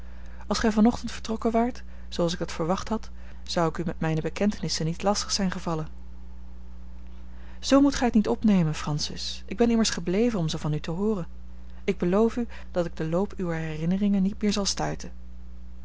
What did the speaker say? als gij van ochtend vertrokken waart zooals ik dat verwacht had zou ik u met mijne bekentenissen niet lastig zijn gevallen zoo moet gij het niet opnemen francis ik ben immers gebleven om ze van u te hooren ik beloof u dat ik den loop uwer herinneringen niet meer zal stuiten